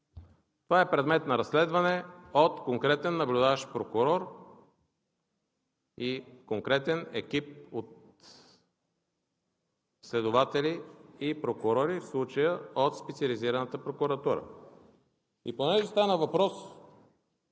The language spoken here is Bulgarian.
Това е предмет на разследване от конкретен наблюдаващ прокурор и конкретен екип от следователи и прокурори, в случая от Специализираната прокуратура. Понеже стана въпрос: